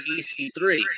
EC3